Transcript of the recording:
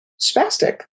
spastic